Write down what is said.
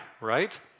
right